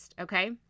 okay